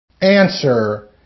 Answer